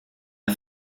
der